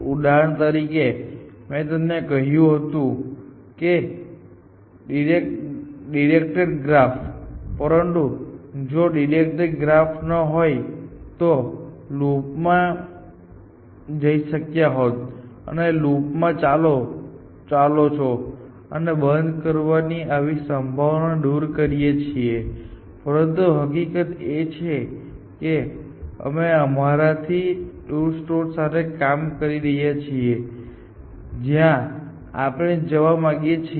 ઉદાહરણ તરીકે મેં તમને કહ્યું હતું કે તે ડિરેકટેડ ગ્રાફ છે પરંતુ જો તે ડિરેકટેડ ગ્રાફ ન હોય તો તમે લૂપમાં જઈ શક્યા હોત અને આ રીતે લૂપમાં ચાલો છો અને બંધ કરવાથી આવી સંભાવનાઓને દૂર કરીએ છે પરંતુ હકીકત એ છે કે અમે અમારાથી દૂર સ્ત્રોત સાથે કામ કરી રહ્યા છીએ જ્યાં આપણે જવા માંગીએ છીએ